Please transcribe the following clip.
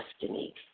destiny